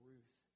Ruth